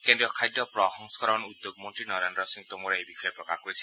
কেন্দ্ৰীয় খাদ্য প্ৰসংস্কৰণ উদ্যোগ মন্ত্ৰী নৰেন্দ্ৰ সিং টোমৰে এই বিষয়ে প্ৰকাশ কৰিছে